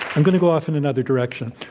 i'm going to go off in another direction.